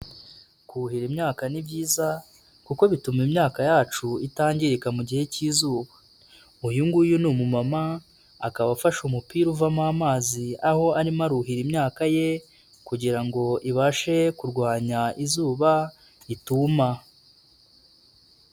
Kuhira imyaka ni byiza kuko bituma imyaka yacu itangirika mu gihe k'izuba, uyu nguyu ni umumama akaba afashe umupira uvamo amazi aho arimo aruhira imyaka ye kugira ngo ibashe kurwanya izuba ituma.